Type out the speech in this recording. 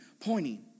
pointing